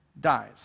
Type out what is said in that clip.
dies